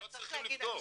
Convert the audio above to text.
הם לא צריכים לבדוק.